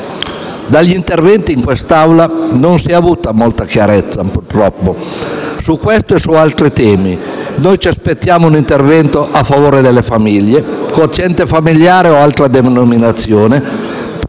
Dagli interventi in quest'Aula non si è avuta molta chiarezza, purtroppo, su questo e su altri temi. Noi ci aspettiamo un intervento a favore delle famiglie (quoziente familiare o altra denominazione),